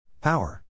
Power